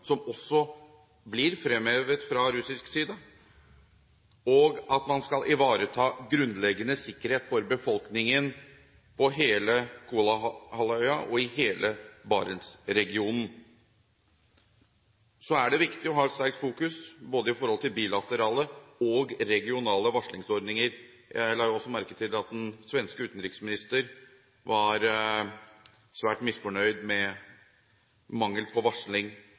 som også blir fremhevet fra russisk side, og at man ivaretar grunnleggende sikkerhet for befolkningen på hele Kolahalvøya og i hele Barentsregionen. Så er det viktig å fokusere sterkt både på bilaterale og regionale varslingsordninger. Jeg la også merke til at den svenske utenriksminister var svært misfornøyd med mangelen på varsling